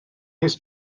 his